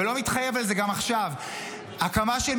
וגם לא מתחייב על זה גם עכשיו,